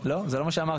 לא, זה לא מה שאמרתי.